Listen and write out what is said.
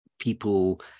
people